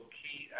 key